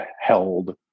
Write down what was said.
held